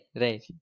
right